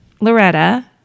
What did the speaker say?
Loretta